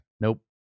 Nope